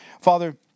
Father